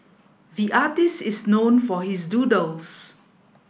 the artist is known for his doodles